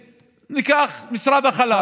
ניקח את משרד החלל.